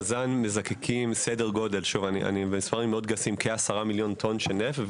בז"ן מזקקים בסדר גודל במספרים מאוד גסים של כ-10 מיליון טון נפט.